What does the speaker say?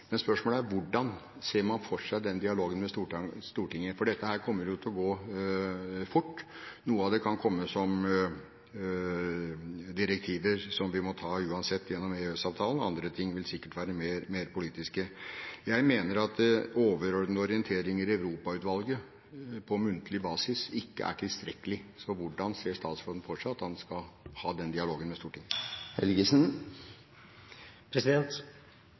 Men spørsmålet er: Hvordan ser man for seg den dialogen med Stortinget? For dette kommer til å gå fort, og noe av det kan komme som direktiver som vi må ta uansett gjennom EØS-avtalen, andre ting vil sikkert være mer politiske. Jeg mener at overordnede orienteringer i Europautvalget på muntlig basis ikke er tilstrekkelig. Så hvordan ser statsråden for seg at han skal ha den dialogen med